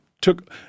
took